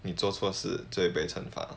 你做错事就会被惩罚